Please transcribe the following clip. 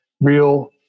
real